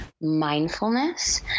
mindfulness